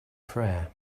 prayer